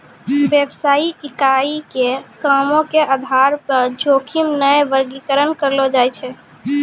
व्यवसायिक इकाई के कामो के आधार पे जोखिम के वर्गीकरण करलो जाय छै